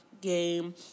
game